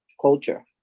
culture